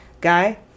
guy